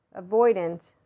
avoidant